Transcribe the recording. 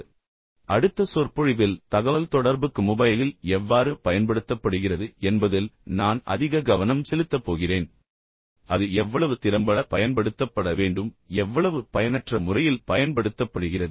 இதைப் பற்றி யோசித்துப் பாருங்கள் எனவே அடுத்த சொற்பொழிவில் தகவல்தொடர்புக்கு மொபைல் எவ்வாறு பயன்படுத்தப்படுகிறது என்பதில் நான் அதிக கவனம் செலுத்தப் போகிறேன் ஆனால் அது எவ்வளவு திறம்பட பயன்படுத்தப்பட வேண்டும் எவ்வளவு பயனற்ற முறையில் பயன்படுத்தப்படுகிறது